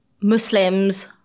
Muslims